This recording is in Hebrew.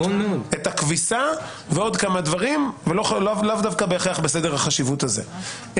את הכביסה ועוד כמה דברים ולאו דווקא בסדר החשיבות הזה.